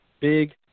big